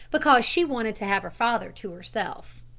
because she wanted to have her father to herself.